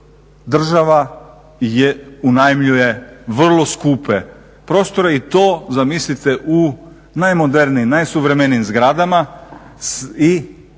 država je unajmljuje vrlo skupe prostore i to zamislite u najmodernijim, najsuvremenijim zgradama i